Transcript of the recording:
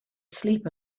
sleep